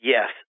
Yes